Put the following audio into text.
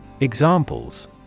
Examples